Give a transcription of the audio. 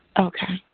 okay.